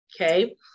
Okay